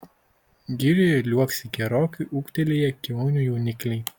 girioje liuoksi gerokai ūgtelėję kiaunių jaunikliai